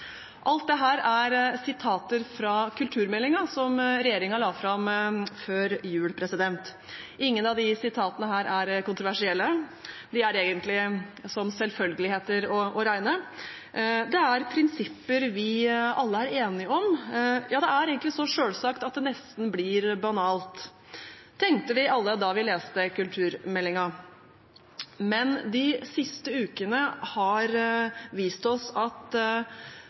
Alt dette er hentet fra kulturmeldingen som regjeringen la fram før jul. Ingenting av dette er kontroversielt, det er egentlig som selvfølgeligheter å regne, det er prinsipper vi alle er enige om. Ja, det er egentlig så selvsagt at det nesten blir banalt, tenkte vi alle da vi leste kulturmeldingen. Men de siste ukene har vist oss at